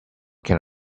can